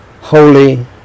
holy